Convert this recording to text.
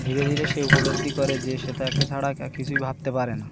ধীরে ধীরে সে উপলব্ধি করে যে সে তাকে ছাড়া কিছুই ভাবতে পারে না